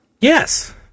Yes